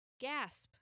Gasp